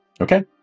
Okay